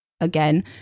Again